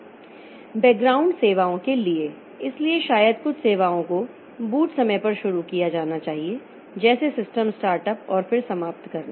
background सेवाओं के लिए इसलिए शायद कुछ सेवाओं को बूट समय पर शुरू किया जाना चाहिए जैसे सिस्टम स्टार्ट अप और फिर समाप्त करना